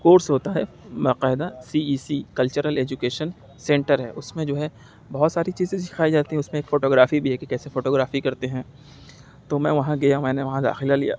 course ہوتا ہے باقاعدہ C E C cultural education centre ہے اس میں جو ہے بہت ساری چیزیں سکھائی جاتی ہیں اس میں ایک فوٹوگرافی بھی ہے کہ کیسے فوٹوگرافی کرتے ہیں تو میں وہاں گیا میں نے وہاں داخلہ لیا